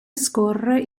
scorre